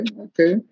okay